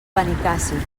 benicàssim